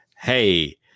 hey